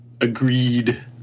Agreed